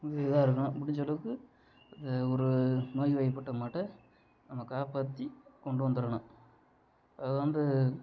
கொஞ்சம் இதாக இருக்கணும் முடிஞ்சளவுக்கு அதை ஒரு நோய்வாய்ப்பட்ட மாட்டை நம்ம காப்பாற்றி கொண்டு வந்துரணும் அது வந்து